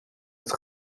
het